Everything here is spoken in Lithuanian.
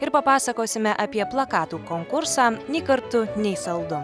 ir papasakosime apie plakatų konkursą nei kartu nei saldu